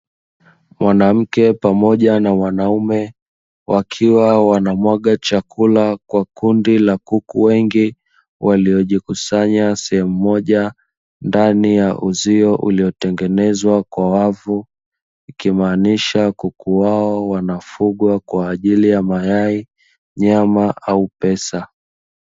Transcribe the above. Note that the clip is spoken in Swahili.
Mwanamke pamoja na mwanaume, wakiwa wanamwaga chakula kwa kundi la kuku wengi; waliojikusanya sehemu moja, ndani ya uzio uliotengenezwa kwa wavu, ikimaanisha kuku hao wanafugwa kwa ajili ya mayai, nyama au pesa.